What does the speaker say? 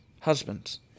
Husbands